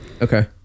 okay